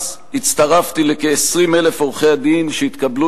אז הצטרפתי לכ-20,000 עורכי-הדין שהתקבלו